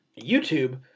YouTube